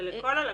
זה לכל הלקויות.